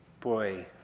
Boy